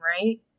right